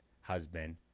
husband